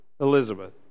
Elizabeth